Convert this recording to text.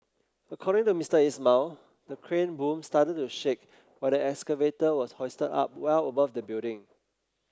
according to Mister Ismail the crane boom started to shake when the excavator was hoisted up well above the building